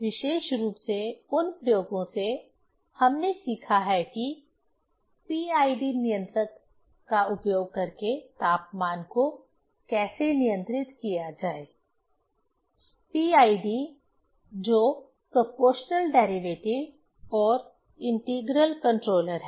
विशेष रूप से उन प्रयोगों से हमने सीखा है कि पी आई डी नियंत्रक का उपयोग करके तापमान को कैसे नियंत्रित किया जाए पीआईडी जो प्रोपोर्शनल डेरिवेटिव और इंटीग्रल कंट्रोलर है